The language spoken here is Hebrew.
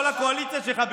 כל הקואליציה שלך,